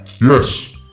Yes